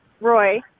Roy